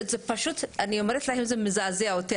זה מזעזע אותי.